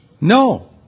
No